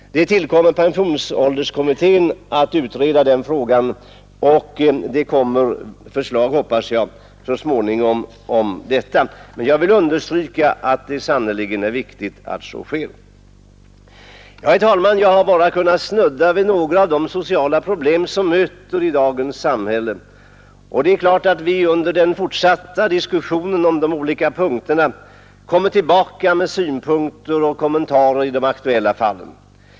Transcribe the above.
Det tillkommer pensionsålderskommittén att utreda den frågan, och jag hoppas att förslag om detta så småningom skall komma. Jag vill understryka att det sannerligen är viktigt att så sker. Herr talman! Jag har bara kunnat snudda vid några av de sociala problem som möter i dagens samhälle, och det är klart att vi under den fortsatta diskussionen om de olika punkterna kommer tillbaka med synpunkter och kommentarer i de aktuella fallen.